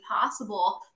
possible